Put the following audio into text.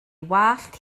wallt